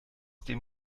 dem